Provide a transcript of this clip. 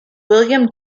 william